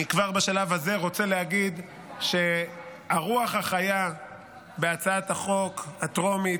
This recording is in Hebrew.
אני כבר בשלב הזה רוצה להגיד שהרוח החיה בהצעת החוק הטרומית,